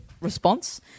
response